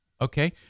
Okay